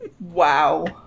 Wow